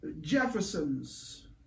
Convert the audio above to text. Jefferson's